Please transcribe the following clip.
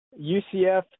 UCF